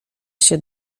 się